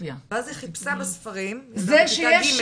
ואז היא חיפשה בספרים, ילדה בכיתה ג'.